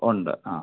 ഉണ്ട് ആ